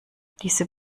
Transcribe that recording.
diese